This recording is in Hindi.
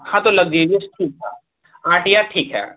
हाँ तो लक्जीरियस ठीक है आट यार ठीक है